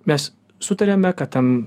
mes sutariame kad ten